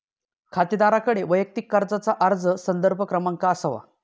खातेदाराकडे वैयक्तिक कर्जाचा अर्ज संदर्भ क्रमांक असावा